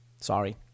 sorry